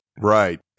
Right